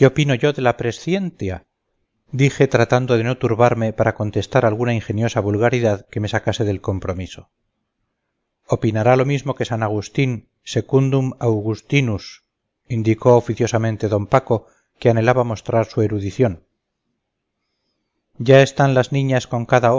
la prescientia dije tratando de no turbarme para contestar alguna ingeniosa vulgaridad que me sacase del compromiso opinará lo mismo que san agustín secundum augustinus indicó oficiosamente d paco que anhelaba mostrar su erudición ya están las niñas con cada